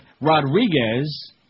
Rodriguez